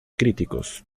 críticos